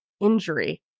injury